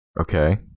Okay